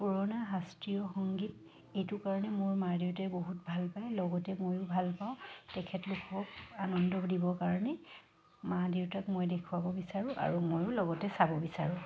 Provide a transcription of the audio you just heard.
পুৰণা শাস্ত্ৰীয় সংগীত এইটো কাৰণে মোৰ মা দেউতাই বহুত ভাল পায় লগতে ময়ো ভাল পাওঁ তেখেতলোকক আনন্দ দিবৰ কাৰণে মা দেউতাক মই দেখুৱাব বিচাৰোঁ আৰু ময়ো লগতে চাব বিচাৰোঁ